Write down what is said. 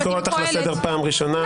נעמה, אני קורא אותך לסדר פעם ראשונה.